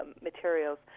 materials